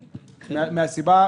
מהסיבה,